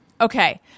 Okay